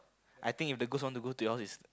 I think if the ghost want to go to your house is